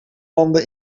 landen